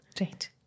Right